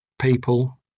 people